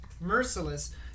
Merciless